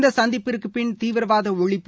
இந்த சந்திப்பிற்குப்பின் தீவிரவாத ஒழிப்பு